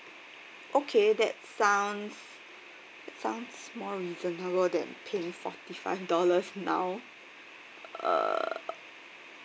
okay that sounds sounds more reasonable then paying forty five dollars now uh